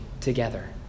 together